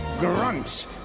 grunts